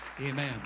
Amen